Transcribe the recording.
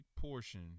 portion